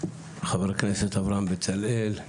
חבר הכנסת, אברהם בצלאל,